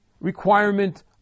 requirement